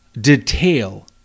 detail